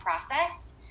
process